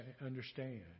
understand